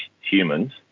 humans